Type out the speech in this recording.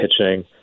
pitching